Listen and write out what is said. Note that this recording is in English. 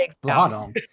bottom